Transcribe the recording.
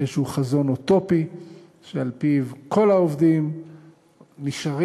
איזשהו חזון אוטופי שעל-פיו כל העובדים נשארים